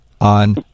on